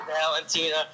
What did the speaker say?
Valentina